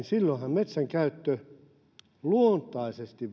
metsän käyttö luontaisesti